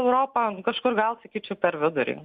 europą kažkur gal sakyčiau per vidurį